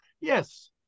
yes